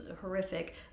horrific